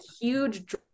huge